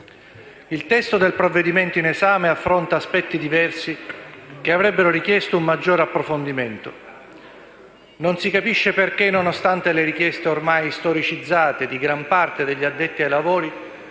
Il testo del provvedimento in esame affronta aspetti diversi, che avrebbero richiesto un maggior approfondimento. Non si capisce perché, nonostante le richieste ormai storicizzate di gran parte degli addetti ai lavori,